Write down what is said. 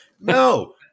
No